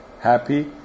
happy